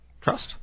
trust